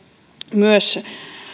myös